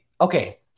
okay